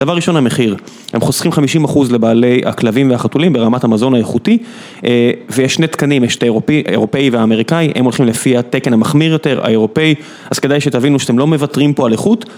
דבר ראשון המחיר, הם חוסכים חמישים אחוז לבעלי הכלבים והחתולים ברמת המזון האיכותי ויש שני תקנים, יש את האירופאי והאמריקאי, הם הולכים לפי התקן המחמיר יותר, האירופאי, אז כדאי שתבינו שאתם לא מוותרים פה על איכות